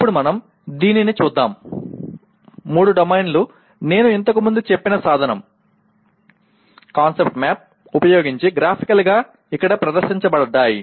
ఇప్పుడు మనం దీనిని చూద్దాం మూడు డొమైన్లు నేను ఇంతకు ముందు చెప్పిన సాధనం కాన్సెప్ట్ మ్యాప్ ఉపయోగించి గ్రాఫికల్ గా ఇక్కడ ప్రదర్శించబడ్డాయి